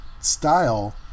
style